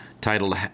titled